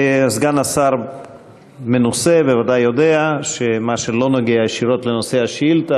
סגן השר מנוסה ובוודאי יודע שמה שלא נוגע ישירות לנושא השאילתה,